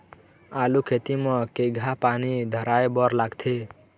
आलू खेती म केघा पानी धराए बर लागथे?